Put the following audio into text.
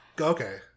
okay